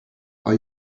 are